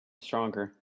stronger